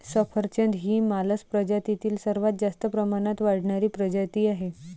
सफरचंद ही मालस प्रजातीतील सर्वात जास्त प्रमाणात वाढणारी प्रजाती आहे